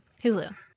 Hulu